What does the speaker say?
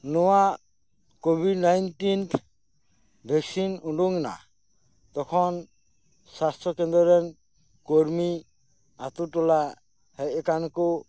ᱱᱚᱣᱟ ᱠᱳᱵᱷᱤᱰ nineteenth vaccine ᱩᱸᱰᱩᱝ ᱮᱱᱟ ᱛᱚᱠᱷᱚᱱ ᱥᱟᱥᱛᱷᱚ ᱠᱮᱱᱫᱨᱚ ᱨᱮᱱ ᱠᱚᱨᱢᱤ ᱟᱛᱳ ᱴᱚᱞᱟ ᱦᱮᱡ ᱟᱠᱟᱱᱟᱠᱳ